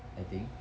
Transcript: I think